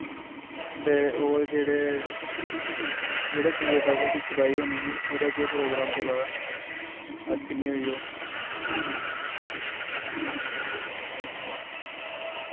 ते और जेह्ड़े जेह्ड़े दुए टावर दी खुदाई होनी ही उदा केह् प्रोग्राम चला दा अज किन्नी होई ओ